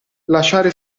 lasciare